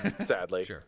Sadly